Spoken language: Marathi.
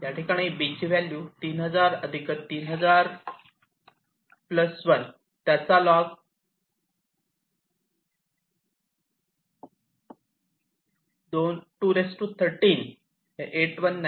या ठिकाणी B त्याची व्हॅल्यू 3000 3000 1 त्याचा लॉग 2 13 8196